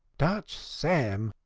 dutch sam!